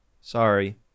Sorry